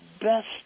best